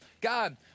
God